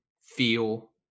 feel